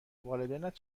والدینت